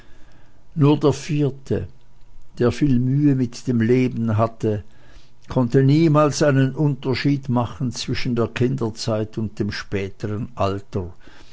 nur der vierte der viele mühe mit dem leben hatte konnte niemals einen unterschied machen zwischen der kinderzeit und dem spätern alter